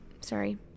sorry